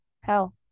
hell